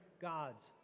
God's